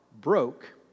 broke